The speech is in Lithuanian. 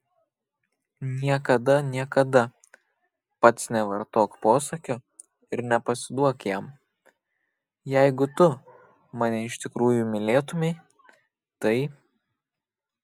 niekada niekada pats nevartok posakio ir nepasiduok jam jeigu tu mane iš tikrųjų mylėtumei tai